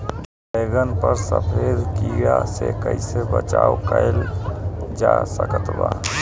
बैगन पर सफेद कीड़ा से कैसे बचाव कैल जा सकत बा?